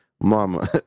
mama